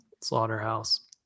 slaughterhouse